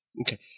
Okay